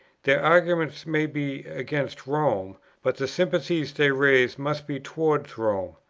their arguments may be against rome, but the sympathies they raise must be towards rome,